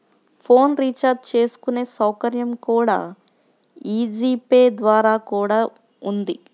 phone recharge చేసుకునే సౌకర్యం కూడా యీ జీ పే ద్వారా కూడా ఉంది